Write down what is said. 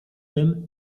tym